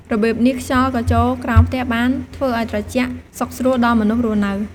របៀបនេះ ខ្យល់ក៏ចូលក្រោមផ្ទះបាន ធ្វើឲ្យត្រជាក់សុខស្រួលដល់មនុស្សរស់នៅ។